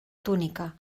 túnica